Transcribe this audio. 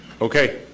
Okay